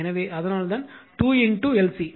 எனவே அதனால்தான் 2 L C